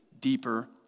deeper